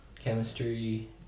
Chemistry